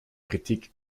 kritik